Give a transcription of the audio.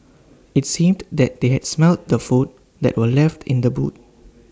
IT seemed that they had smelt the food that were left in the boot